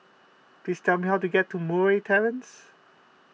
please tell me how to get to Murray Terrace